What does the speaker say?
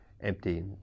empty